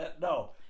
No